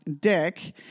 Dick